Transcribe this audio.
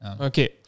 Okay